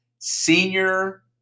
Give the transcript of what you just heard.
senior